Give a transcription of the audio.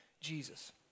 Jesus